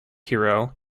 hero